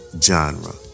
Genre